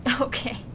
okay